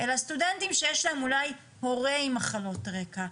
אלא סטודנטים שיש להם אולי הורה עם מחלות רקע,